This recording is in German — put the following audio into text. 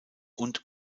und